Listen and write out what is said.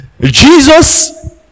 Jesus